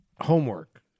homework